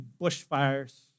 bushfires